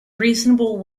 reasonable